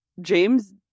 james